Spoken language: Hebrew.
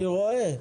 אני רואה.